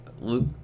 Luke